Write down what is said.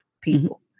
people